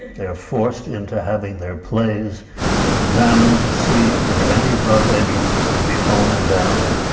they're forced into having their plays examined to see if there are any rough edges that can be honed down,